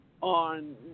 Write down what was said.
on